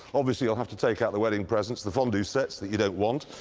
obviously, you'll have to take out the wedding presents, the fondue sets that you don't want.